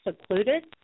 secluded